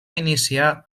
iniciar